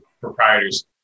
proprietors